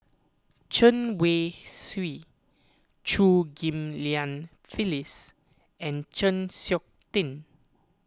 Chen Wen Hsi Chew Ghim Lian Phyllis and Chng Seok Tin